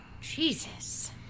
Jesus